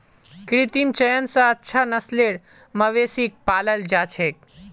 कृत्रिम चयन स अच्छा नस्लेर मवेशिक पालाल जा छेक